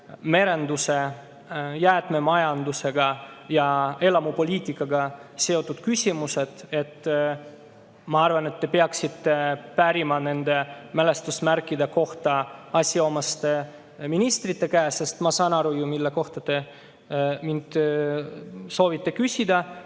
merenduse, jäätmemajandusega ja elamupoliitikaga seotud küsimused. Ma arvan, et te peaksite nende mälestusmärkide kohta pärima asjaomaste ministrite käest. Ma saan ju aru küll, mille kohta te minult soovite küsida.